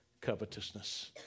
covetousness